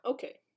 Okay